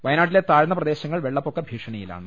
വയനാട്ടിലെ താഴ്ന്ന പ്രദേശങ്ങൾ വെള്ളപ്പൊക്ക ഭീഷണിയി ലാണ്